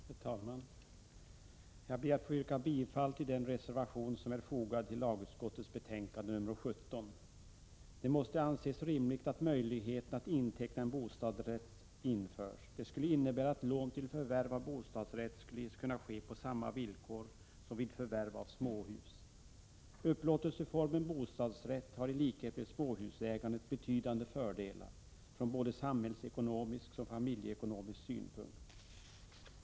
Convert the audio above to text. Herr talman! Jag ber att få yrka bifall till den reservation som är fogad till lagutskottets betänkande nr 17. Det måste anses rimligt att möjlighet att inteckna en bostadsrätt införs. Det skulle innebära att lån till förvärv av bostadsrätt skulle kunna ges på samma villkor som vid förvärv av småhus. Upplåtelseformen bostadsrätt har i likhet med småhusägandet betydande fördelar från både samhällsekono 93 misk och familjeekonomisk synpunkt.